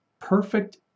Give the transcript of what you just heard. perfect